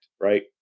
Right